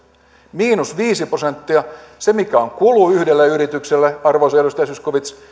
miinus viisi prosenttia se mikä on kulu yhdelle yritykselle arvoisa edustaja zyskowicz